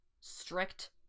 strict